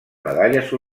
medalles